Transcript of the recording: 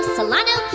Solano